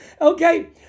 Okay